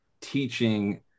teaching